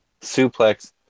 suplex